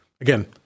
Again